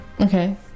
Okay